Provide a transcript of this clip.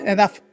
Enough